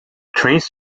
trains